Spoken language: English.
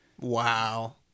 Wow